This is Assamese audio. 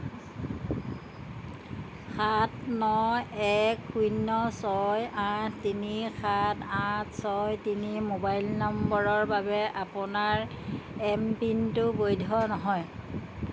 সাত ন এক শূন্য ছয় আঠ তিনি সাত আঠ ছয় তিনি মোবাইল নম্বৰৰ বাবে আপোনাৰ এমপিনটো বৈধ নহয়